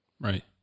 Right